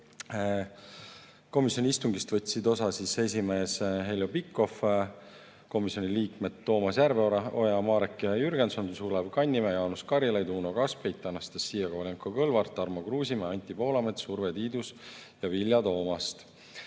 Komisjoni istungist võtsid osa esimees Heljo Pikhof, komisjoni liikmed Toomas Järveoja, Marek Jürgenson, Sulev Kannimäe, Jaanus Karilaid, Uno Kaskpeit, Anastassia Kovalenko-Kõlvart, Tarmo Kruusimäe, Anti Poolamets, Urve Tiidus ja Vilja Toomast.